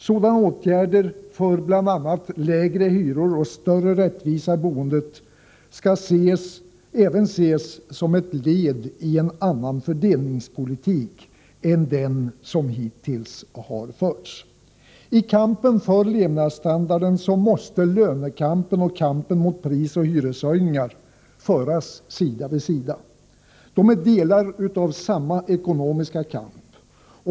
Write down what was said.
Sådana åtgärder för bl.a. lägre hyra och större rättvisa i boendet skall även ses som ett led i en annan fördelningspolitik än den som hittills har förts. I kampen för levnadsstandarden måste lönekampen och kampen mot prisoch hyreshöjningar föras sida vid sida. De är delar av samma ekonomiska kamp.